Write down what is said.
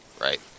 right